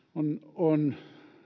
on